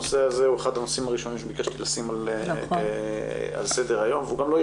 הנושא הזה הוא אחד הנושאים הראשונים שביקשתי לשים על סדר היום